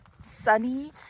sunny